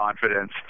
confidence